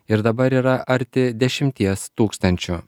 ir dabar yra arti dešimties tūkstančių